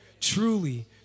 Truly